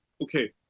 Okay